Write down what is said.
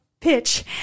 pitch